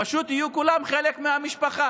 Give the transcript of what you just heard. ופשוט יהיו כולם חלק מהמשפחה.